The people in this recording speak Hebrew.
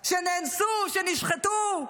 שנאנסו, שנשחתו?